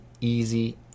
easy